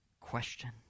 question